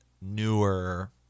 newer